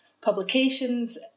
publications